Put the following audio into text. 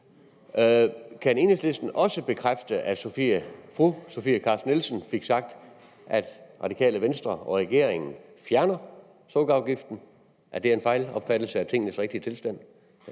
Kan Enhedslisten også bekræfte, at fru Sophie Carsten Nielsen fik sagt, at Radikale Venstre og regeringen fjerner sukkerafgiften, og at det er en fejlopfattelse af tingenes tilstand?